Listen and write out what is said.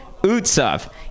UTSAV